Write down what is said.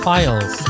Files